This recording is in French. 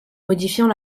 modifiant